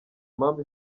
mpamvu